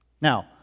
Now